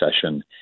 session